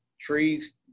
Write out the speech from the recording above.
Trees